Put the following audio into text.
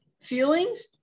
feelings